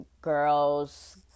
girls